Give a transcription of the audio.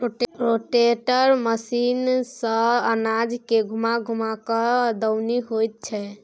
rotator machine सँ अनाज के घूमा घूमा कय दऊनी होइ छै